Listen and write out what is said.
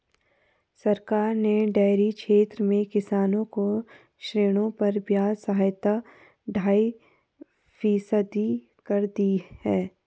सरकार ने डेयरी क्षेत्र में किसानों को ऋणों पर ब्याज सहायता ढाई फीसदी कर दी है